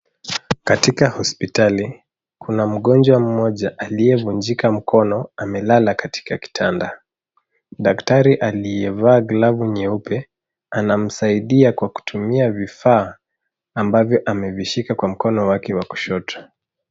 Katika hospitali kuna mgonjwa mmoja aliyevunjika mkono amelala katika kitanda. Daktari aliyevaa glavu nyeupe, anamsaidia kwa kutumia vifaa ambavyo amevishika kwa mkono wake wa kushoto.